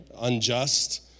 unjust